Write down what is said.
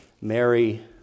Mary